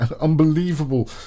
unbelievable